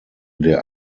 der